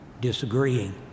disagreeing